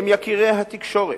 הם יקירי התקשורת,